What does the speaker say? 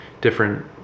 different